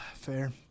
Fair